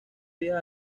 días